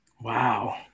Wow